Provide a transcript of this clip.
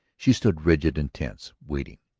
she stood rigid and tense, waiting.